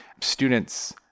students